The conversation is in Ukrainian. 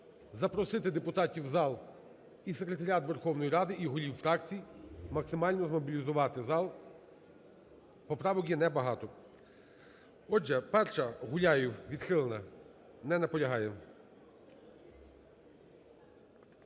запросити депутатів у зал і секретаріат Верховної Ради, і голів фракцій максимально змобілізувати зал, поправок є небагато. Отже, 1-а, Гуляєв. Відхилена. Не наполягає.